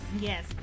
Yes